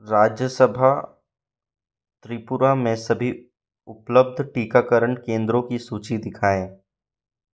राज्यसभा त्रिपुरा में सभी उपलब्ध टीकाकरण केंद्रों की सूची दिखाएँ